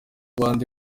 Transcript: n’ahandi